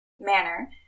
manner